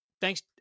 Thanks